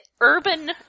urban